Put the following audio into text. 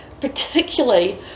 particularly